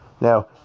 Now